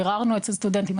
ביררנו אצל סטודנטים.